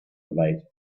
relate